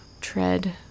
tread